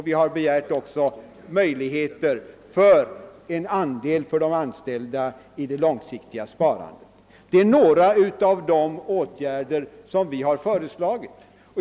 Vi har också krävt möjligheter till en andel för de anställda i det långsiktiga sparandet. Det är några av de åtgärder som vi har föreslagit.